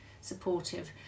supportive